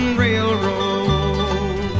railroad